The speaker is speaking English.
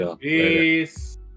peace